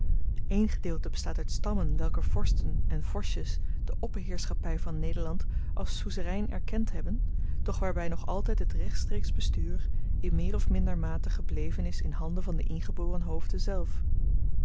een gedeelte bestaat uit stammen welker vorsten en vorstjes de opperheerschappy van nederland als suzerein erkend hebben doch waarby nog altyd het rechtstreeksch bestuur in meer of minder mate gebleven is in handen van de ingeboren hoofden zelf